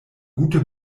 gute